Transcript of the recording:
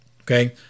Okay